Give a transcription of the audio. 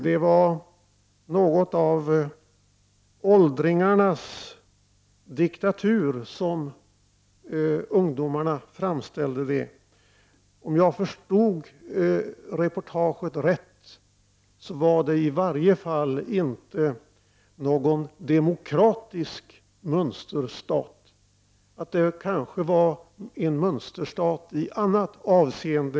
Ungdomarna framställde det som om en åldringarnas diktatur. Om jag förstod reportaget rätt var det i varje fall inte någon demokratisk mönsterstat. Det kanske var en mönsterstat i något annat avseende.